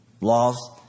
laws